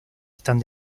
están